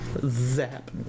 zap